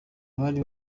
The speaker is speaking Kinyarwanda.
bari